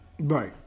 Right